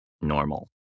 normal